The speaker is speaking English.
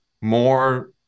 more